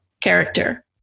character